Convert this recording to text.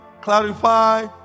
clarify